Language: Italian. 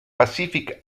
pacific